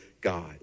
God